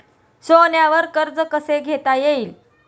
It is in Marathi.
सोन्यावर कर्ज कसे घेता येईल?